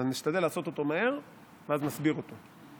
אני אשתדל לעשות אותו מהר ואז נסביר אותו.